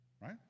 Right